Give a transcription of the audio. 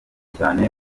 cyane